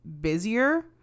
busier